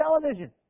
television